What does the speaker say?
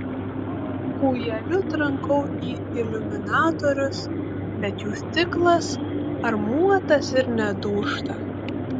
kūjeliu trankau į iliuminatorius bet jų stiklas armuotas ir nedūžta